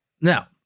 Now